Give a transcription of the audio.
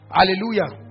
Hallelujah